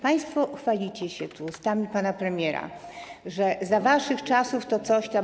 Państwo chwalicie się tu ustami pana premiera, że za waszych czasów to coś tam.